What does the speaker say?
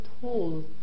tool